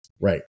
Right